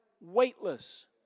weightless